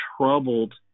troubled